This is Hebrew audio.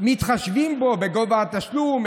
מתחשבים בו בגובה התשלום,